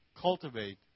cultivate